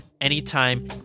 anytime